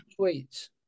tweets